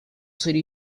city